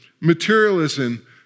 materialism